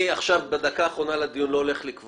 אני לא הולך בדקה האחרונה של הדיון לקבוע.